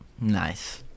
nice